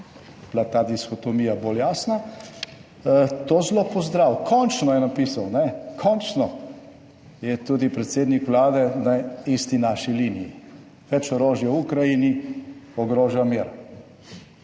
bila ta diskotomija bolj jasna, to zelo pozdravil. Končno je napisal, ne, končno je tudi predsednik Vlade na isti naši liniji. Več orožja v Ukrajini ogroža mir.